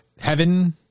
heaven